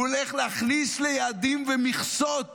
הוא הולך להכניס ליעדים ולמכסות